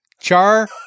Char